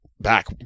back